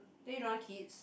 that you don't want kids